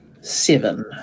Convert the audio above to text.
seven